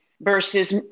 versus